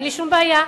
אין לי שום בעיה.